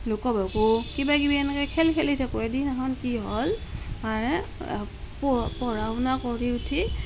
লুকা ভাকু কিবাকিবি এনেকৈ খেল খেলি থাকোঁ এদিনাখন কি হ'ল মানে পঢ়া পঢ়া শুনা কৰি উঠি